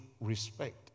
respect